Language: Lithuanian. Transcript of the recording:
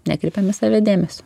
nekreipiam į save dėmesio